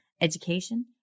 education